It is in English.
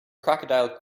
crocodile